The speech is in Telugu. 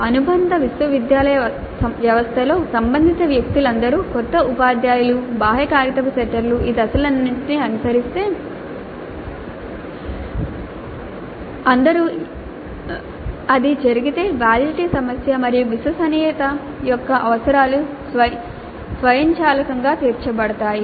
అనుబంధ విశ్వవిద్యాలయ వ్యవస్థలో సంబంధిత వ్యక్తులందరూ కొత్త ఉపాధ్యాయులు బాహ్య కాగితపు సెట్టర్లు ఈ దశలన్నింటినీ అనుసరిస్తే అది జరిగితే వాలిడిటీ సమస్య మరియు విశ్వసనీయత యొక్క అవసరాలు స్వయంచాలకంగా తీర్చబడతాయి